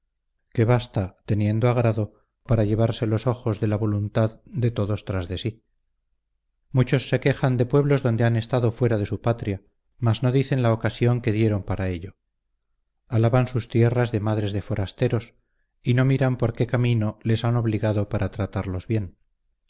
que basta teniendo agrado para llevarse los ojos de la voluntad de todos tras de sí muchos se quejan de pueblos donde han estado fuera de su patria mas no dicen la ocasión que dieron para ello alaban sus tierras de madres de forasteros y no miran por qué camino les han obligado para tratarlos bien